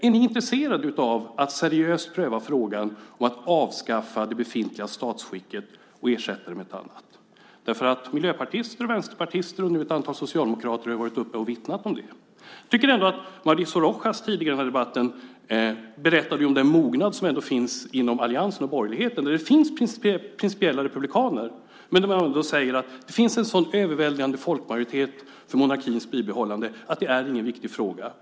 Är ni intresserade av att seriöst pröva frågan och att avskaffa det befintliga statsskicket och ersätta det med ett annat? Miljöpartister, vänsterpartister och nu ett antal socialdemokrater har ju varit uppe och vittnat om det. Mauricio Rojas berättade tidigare här i debatten om den mognad som ändå finns inom alliansen och borgerligheten, där det finns principiella republikaner men där man ändå säger att det finns en så överväldigande folkmajoritet för monarkins bibehållande att det inte är en viktig fråga.